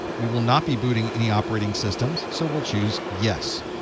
we will not be booting any operating systems, so we'll choose yes.